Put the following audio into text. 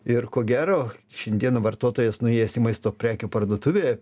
ir ko gero šiandien vartotojas nuėjęs į maisto prekių parduotuvėje